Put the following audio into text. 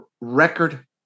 record